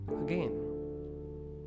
again